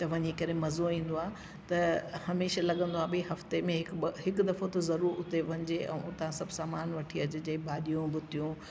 त वञी करे मज़ो ईंदो आहे त हमेशह लॻंदो आहे ॿी हफ़्ते में हिकु हिकु दफ़ो त ज़रूरु उते वञजे ऐं उता सभु समान वठी अचजे भाॼियूं भुतियूं